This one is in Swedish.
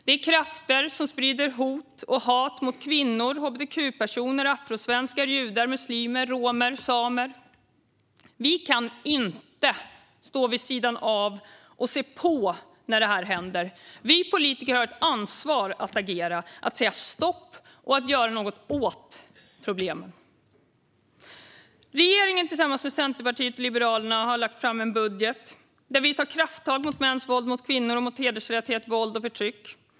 Dessa krafter sprider hot och hat mot kvinnor, hbtq-personer, afrosvenskar, judar, muslimer, romer och samer. Vi kan inte stå vid sidan av och se på när detta händer. Vi politiker har ett ansvar att agera, att säga stopp och att göra något åt problemen. Regeringen har tillsammans med Centerpartiet och Liberalerna lagt fram en budget där vi tar krafttag mot mäns våld mot kvinnor och mot hedersrelaterat våld och förtryck.